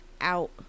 out